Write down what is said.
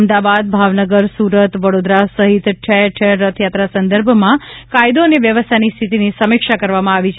અમદાવાદ ભાવનગર સુરત વડોદરા સહિત ઠેર ઠેર રથયાત્રા સંદર્ભમાં કાયદો અને વ્યવસ્થાની સ્થિતિની સમીક્ષા કરવામાં આવી છે